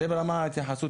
זה ברמת ההתייחסות.